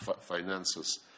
Finances